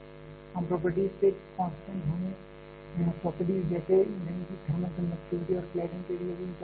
हम प्रॉपर्टीज के कांस्टेंट होने प्रॉपर्टीज जैसे ईंधन की थर्मल कंडक्टिविटी और क्लैडिंग के लिए भी विचार कर रहे हैं